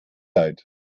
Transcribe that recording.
leid